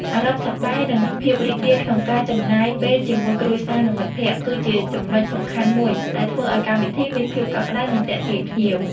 អារម្មណ៍សប្បាយ និងភាពរីករាយក្នុងការចំណាយពេលជាមួយគ្រួសារ និងមិត្តភក្តិ គឺជាចំណុចសំខាន់មួយដែលធ្វើឲ្យកម្មវិធីមានភាពកក់ក្ដៅ និងទាក់ទាញភ្ញៀវ។